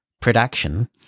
production